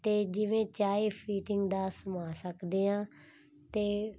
ਅਤੇ ਜਿਵੇਂ ਚਾਹੇ ਫੀਟਿੰਗ ਦਾ ਸਿਲਾ ਸਕਦੇ ਹਾਂ ਅਤੇ